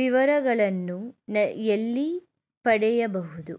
ವಿವರಗಳನ್ನು ಎಲ್ಲಿ ಪಡೆಯಬಹುದು?